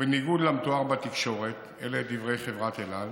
ובניגוד למתואר בתקשורת, אלה דברי חברת אל על,